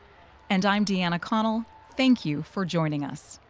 and i'm deanna connell, thank you for joining us.